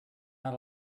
not